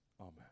amen